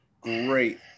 great